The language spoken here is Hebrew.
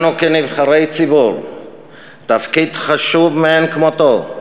לנו כנבחרי ציבור תפקיד חשוב מאין כמותו,